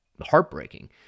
heartbreaking